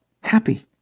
happy